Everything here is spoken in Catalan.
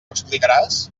explicaràs